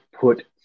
put